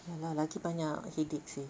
ya lah lagi banyak headache seh